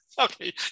Okay